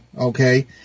okay